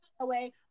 away